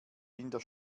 der